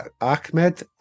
Ahmed